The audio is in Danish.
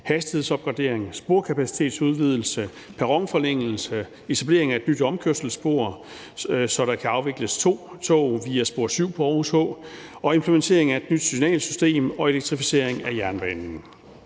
hastighedsopgradering, sporkapacitetsudvidelse, perronforlængelse, etablering af et nyt omkørselsspor, så der kan afvikles to tog via spor 7 på Aarhus H, og implementering af et nyt signalsystem og elektrificering af jernbanen.